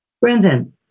Brandon